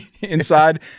Inside